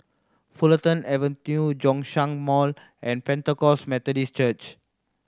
Fulton Avenue Zhongshan Mall and Pentecost Methodist Church